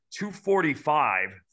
245